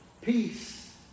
Peace